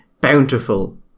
bountiful